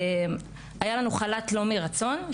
היה לנו חל"ת לא מרצון,